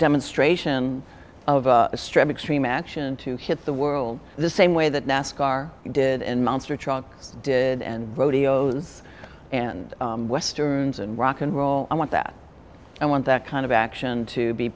demonstration of strength extreme action to hit the world the same way that nascar did in monster trucks did and rodeos and westerns and rock n roll i want that i want that kind of action to be